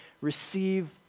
receive